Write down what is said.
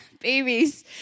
babies